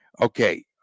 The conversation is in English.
Okay